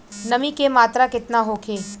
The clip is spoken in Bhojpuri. नमी के मात्रा केतना होखे?